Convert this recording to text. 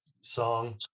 song